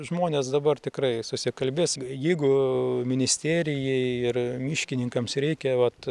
žmonės dabar tikrai susikalbės jeigu ministerijai ir miškininkams reikia vat